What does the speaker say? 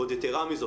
ועוד יתרה מזאת,